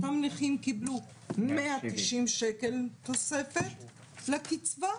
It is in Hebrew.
אותם נכים קיבלו 190 שקל תוספת לקצבה.